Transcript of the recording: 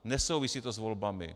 Nesouvisí to s volbami.